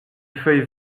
feuille